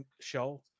show